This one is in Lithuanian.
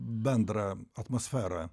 bendrą atmosferą